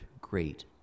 great